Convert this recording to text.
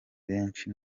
benshi